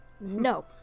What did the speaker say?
No